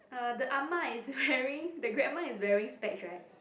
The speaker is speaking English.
uh the ah ma is wearing the grandma is wearing specs right